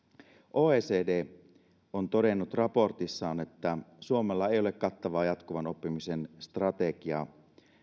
oecd on todennut raportissaan että suomella ei ole kattavaa jatkuvan oppimisen strategiaa